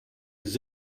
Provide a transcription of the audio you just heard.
his